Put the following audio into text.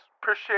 Appreciate